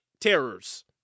terrors